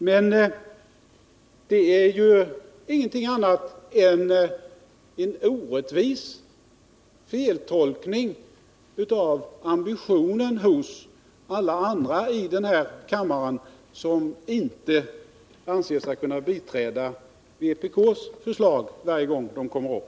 Men Jörn Svenssons inlägg är ingenting annat än en orättvis feltolkning av ambitionen hos alla dem här i kammaren som inte anser sig kunna biträda vpk:s förslag varje gång de kommer upp.